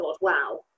wow